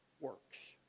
works